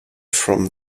from